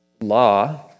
law